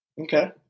Okay